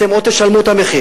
אתם עוד תשלמו את המחיר.